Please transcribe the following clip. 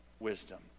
wisdom